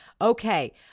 Okay